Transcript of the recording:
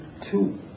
two